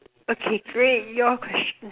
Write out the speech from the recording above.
okay great your question